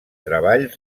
treball